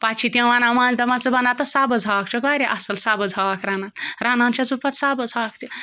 پَتہٕ چھِ تِم وَنان مَنٛزٕ دَپان ژٕ بَناوتہٕ سَبٕز ہاکھ ژٕ چھَکھ واریاہ اَصٕل سَبٕز ہاکھ رَنان رَنان چھٮ۪س بہٕ پَتہٕ سبٕز ہاکھ تہِ